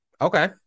Okay